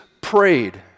prayed